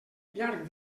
llarg